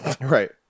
right